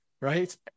right